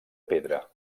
pedra